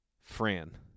Fran